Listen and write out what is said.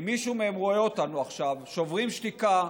אם מישהו מהם רואה אותנו עכשיו: שוברים שתיקה,